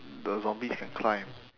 the zombies can climb